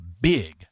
big